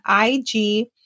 IG